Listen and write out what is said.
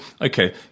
okay